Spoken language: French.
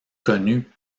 connu